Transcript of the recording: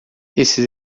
esses